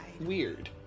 weird